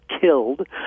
killed